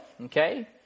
okay